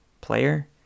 player